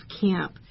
camp